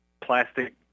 plastic